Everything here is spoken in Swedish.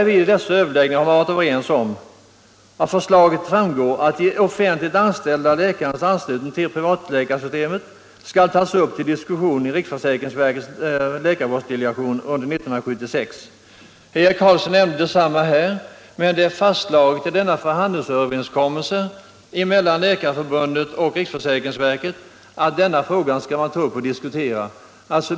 Vid dessa överläggningar har man varit överens om att de offentligt anställda läkarnas anslutning till ersättningsreglerna skall tas upp till diskussion i riksförsäkringsverkets läkarvårdsdelegation under 1976. Herr Eric Carlsson nämnde detsamma här. Det är fastslaget i förhandlingsöverenskommelsen mellan Läkarförbundet och riksförsäkringsverket att denna fråga skall tas upp till diskussion.